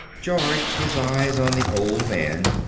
george, his eyes on the old man,